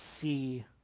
see